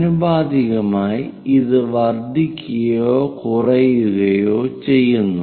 ആനുപാതികമായി ഇത് വർദ്ധിക്കുകയോ കുറയുകയോ ചെയ്യുന്നു